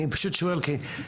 אני פשוט שואל כי,